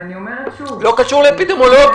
ואני אומרת שוב --- לא קשור לאפידמיולוגיה,